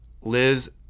Liz